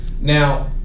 now